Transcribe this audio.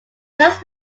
last